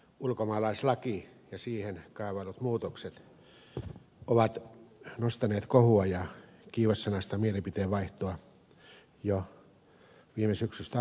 ulkomaalaislaki ja siihen kaavaillut muutokset ovat nostaneet kohua ja kiivassanaista mielipiteen vaihtoa jo viime syksystä alkaen